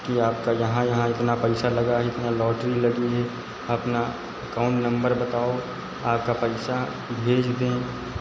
कि आपका यहाँ यहाँ इतना पैसा लगा है इतना लॉटरी लगी है अपना एकाउन्ट नंबर बताओ आपका पैसा भेज दें